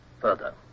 further